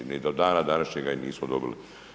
Ni do dana današnjega ih nismo dobili.